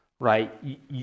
right